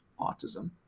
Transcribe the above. autism